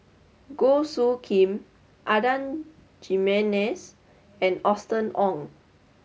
Goh Soo Khim Adan Jimenez and Austen Ong